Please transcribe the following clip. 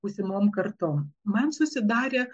būsimom kartom man susidarė